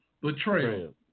Betrayal